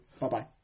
Bye-bye